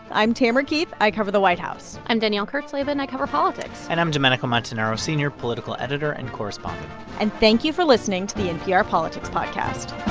i'm tamara keith. i cover the white house i'm danielle kurtzleben. i cover politics and i'm domenico montanaro, senior political editor and correspondent and thank you for listening to the npr politics podcast